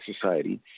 Society